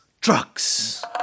Trucks